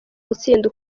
gutsinda